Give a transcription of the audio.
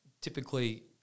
Typically